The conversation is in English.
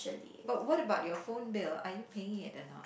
but what about your phone bill are you paying it a not